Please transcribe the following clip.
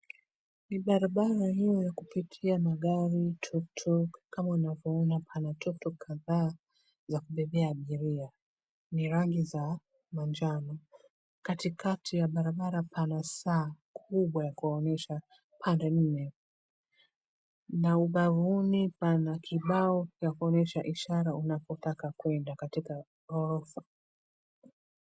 Ni barabra iliyo ya kupitia magari, tuktuk kama unavyoona pana tuktuk kadhaa za kubebea abiria, ni rangi za manjano, katikati ya barabara pana saa kubwa ya kuonyesha pande nne, na ubavuni pana kibao yakuonyesha ishara ya unapotaka kwenda katika...